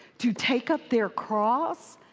to take up their cross?